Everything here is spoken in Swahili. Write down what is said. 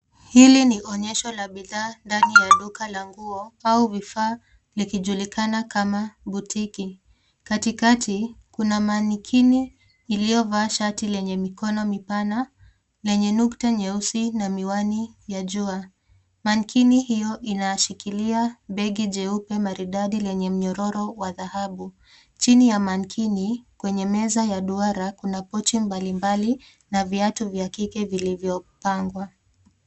Hili ni onyesho la bidhaa ndani ya duka la nguo au vifaa likijulikana kama botiki. Katikati kuna manikini iliyovaa shati lenye mikono mipana lenye nukta nyeusi na miwani ya jua. Manikini iyo inaashikilia begi jeupe maridadi lenye mnyororo wa dhahabu. Chini ya manikini kwenye meza ya duara kuna pochi mbalimbali na viatu vya kike vilivyopangwa.